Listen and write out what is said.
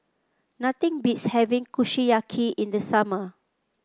nothing beats having Kushiyaki in the summer